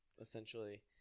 essentially